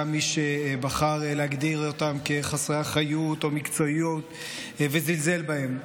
היה מי שבחר להגדיר אותם כחסרי אחריות או מקצועיות וזלזל בהם.